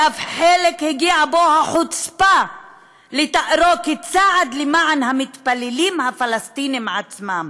ובחלקה אף הגיעה החוצפה לתארו כצעד למען המתפללים הפלסטינים עצמם.